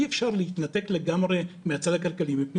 אי אפשר להתנתק לגמרי מהצד הכלכלי מפני